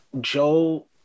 Joe